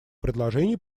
предложений